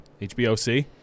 HBOC